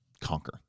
conquer